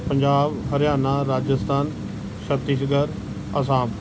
Punjab Haryana Rajasthan Chhattisgarh Assam